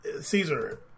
Caesar